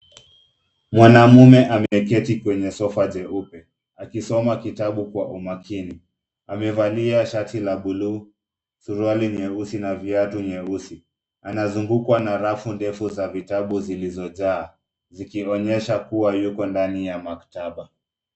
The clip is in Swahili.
Mwanamume ameketi kwenye sofa jeupe akisoma kitabu kwa umakini. Amevalia shati la bluu, suruali nyeusi na viatu nyeusi. Anazungukwa na rafu ndefu za vitabu zilizojaa zikionyesha kuwa yuko ndani ya maktaba.